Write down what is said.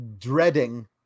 dreading